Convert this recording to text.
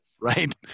Right